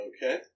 Okay